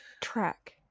track